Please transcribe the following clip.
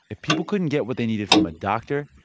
if people couldn't get what they needed from a doctor,